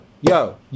Yo